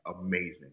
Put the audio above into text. amazing